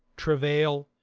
travail,